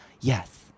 yes